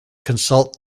consult